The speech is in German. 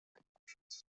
denkmalschutz